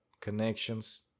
connections